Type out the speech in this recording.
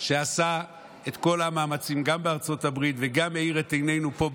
שעשה את כל המאמצים גם בארצות הברית וגם האיר את עינינו פה,